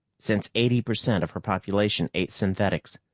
since eighty percent of her population ate synthetics.